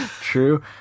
True